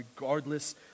regardless